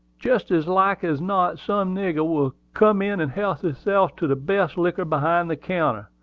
jest as like as not some nigger will come in and help hisself to the best liquor behind the counter.